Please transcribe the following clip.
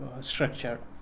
structure